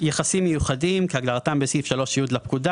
"יחסים מיוחדים" כהגדרתם בסעיף 3(י) לפקודה.